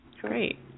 Great